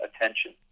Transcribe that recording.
attention